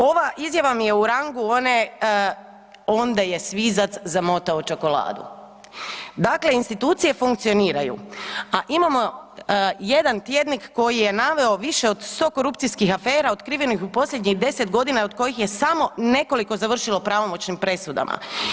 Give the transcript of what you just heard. Ova izjava mi je u rangu one onda je svizac zamotao čokoladu, dakle institucije funkcioniraju, a imamo jedan tjednik koji je naveo više od 100 korupcijskih afera otkrivenih u posljednjih deset godina od kojih je samo nekoliko završilo u pravomoćnim presudama.